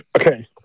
okay